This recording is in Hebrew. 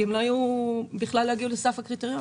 כי הם בכלל לא הגיעו לסף הקריטריון.